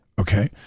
Okay